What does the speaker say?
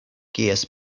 kies